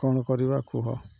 କ'ଣ କରିବା କୁହ